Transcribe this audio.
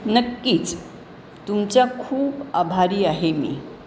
नक्कीच तुमचा खूप आभारी आहे मी